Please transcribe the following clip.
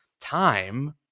time